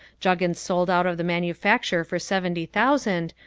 juggins sold out of the manufacture for seventy thousand,